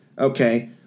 Okay